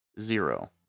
Zero